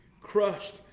crushed